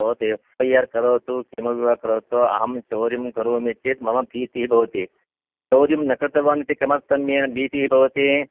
F I R करोतु किमपि वा करोतु अहं चौर्यं करोमि चेत् मम भीतिः भवति चौर्यं न कृतवान् इति किमर्थं भीतिः भवति